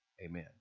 amen